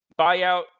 buyout